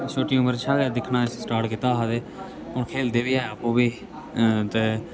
छोटी उमर शा गै दिक्खना स्टार्ट कीता हा ते हून खेलदे बी हे आपु बी ते